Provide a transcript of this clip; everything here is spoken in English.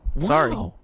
Sorry